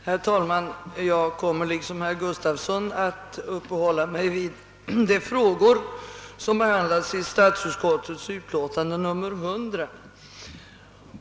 Herr talman! Jag kommer liksom herr Gustafsson i Skellefteå att uppehålla mig vid de frågor som behandlas i statsutskottets utlåtande nr 100.